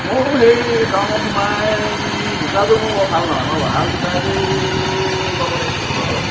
ময়ো সেই টাউনত সোমাই জোতাযোৰ মোৰ বৰ ভাল নহয় মই ভাল জোতা এযোৰ ল'ব লাগিব